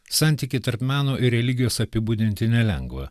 santykį tarp meno ir religijos apibūdinti nelengva